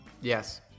Yes